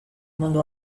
mundu